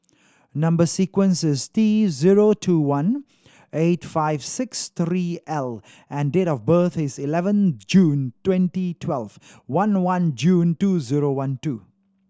number sequence is T zero two one eight five six three L and date of birth is eleven June twenty twelve one one June two zero one two